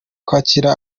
kwakira